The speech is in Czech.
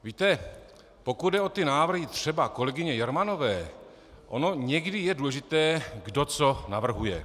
Víte, pokud jde o ty návrhy třeba kolegyně Jermanové, ono někdy je důležité, kdo co navrhuje.